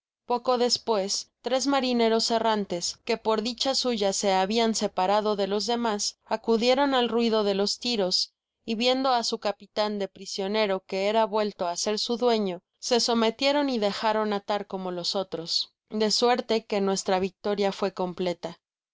poco despues tres marineros errantes que por dicha suya se habian separado de los demas acudieron al ruido de los tiros y viendo á su capitan de prisionero que era vuelto á ser su dueño se sometieron y dejaron atar como los otros de suerte que nuestra victoria fué completa